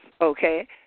okay